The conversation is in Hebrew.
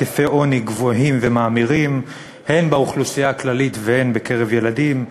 היקפי עוני גבוהים ומאמירים הן באוכלוסייה הכללית והן בקרב ילדים,